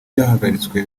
byahagaritswe